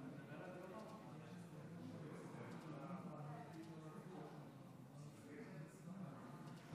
סגן השר סגלוביץ', בבקשה.